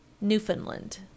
newfoundland